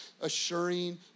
assuring